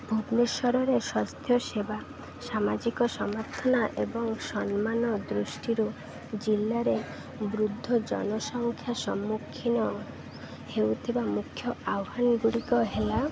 ଭବେନେଶ୍ୱରରେ ସ୍ୱାସ୍ଥ୍ୟ ସେବା ସାମାଜିକ ସମର୍ଥନା ଏବଂ ସମ୍ମାନ ଦୃଷ୍ଟିରୁ ଜିଲ୍ଲାରେ ବୃଦ୍ଧ ଜନସଂଖ୍ୟା ସମ୍ମୁଖୀନ ହେଉଥିବା ମୁଖ୍ୟ ଆହ୍ୱାନଗୁଡ଼ିକ ହେଲା